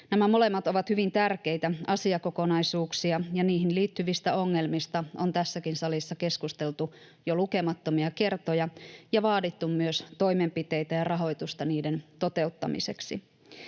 Nämä molemmat ovat hyvin tärkeitä asiakokonaisuuksia, ja niihin liittyvistä ongelmista on tässäkin salissa keskusteltu jo lukemattomia kertoja ja vaadittu myös toimenpiteitä ja rahoitusta niiden toteuttamiseksi.